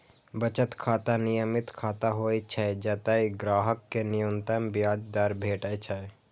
बचत खाता नियमित खाता होइ छै, जतय ग्राहक कें न्यूनतम ब्याज दर भेटै छै